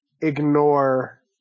ignore